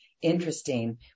Interesting